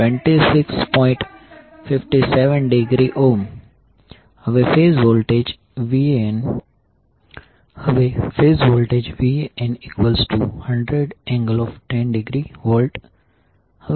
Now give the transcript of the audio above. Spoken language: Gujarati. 57° હવે ફેઝ વોલ્ટેજ Van100∠10°V